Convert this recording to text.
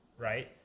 right